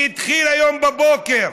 שהתחיל היום בבוקר?